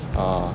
ah